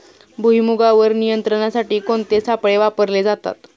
भुईमुगावर नियंत्रणासाठी कोणते सापळे वापरले जातात?